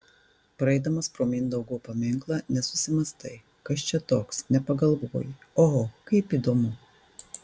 praeidamas pro mindaugo paminklą nesusimąstai kas čia toks nepagalvoji oho kaip įdomu